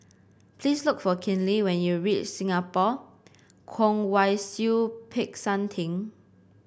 please look for Kinley when you reach Singapore Kwong Wai Siew Peck San Theng